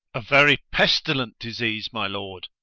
a very pestilent disease, my lord,